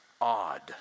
odd